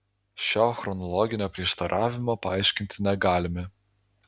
šio chronologinio prieštaravimo paaiškinti negalime